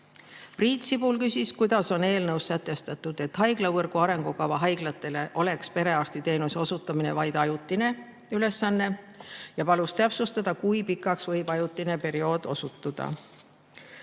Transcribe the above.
Sibul küsis, kuidas on eelnõus sätestatud, et haiglavõrgu arengukava haiglatele oleks perearstiteenuse osutamine vaid ajutine ülesanne, ja palus täpsustada, kui pikaks võib ajutine periood osutuda.